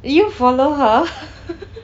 you follow her